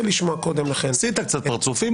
לשמוע קודם לכן --- עשית קצת פרצופים,